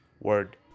word